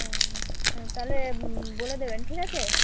ও তাহলে বলে দেবেন ঠিক আছে